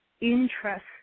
interest